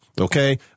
okay